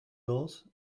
gulls